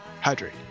hydrate